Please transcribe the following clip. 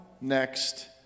next